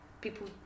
people